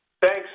Thanks